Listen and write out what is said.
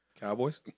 Cowboys